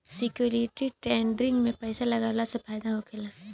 security trading में पइसा लगावला से फायदा होखेला